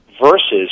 versus